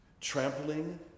Trampling